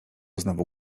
znowu